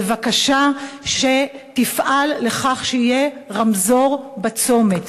בבקשה שתפעל לכך שיהיה רמזור בצומת.